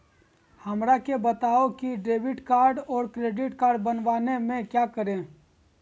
हमरा के बताओ की डेबिट कार्ड और क्रेडिट कार्ड बनवाने में क्या करें?